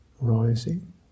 rising